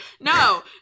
No